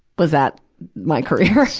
was that my career?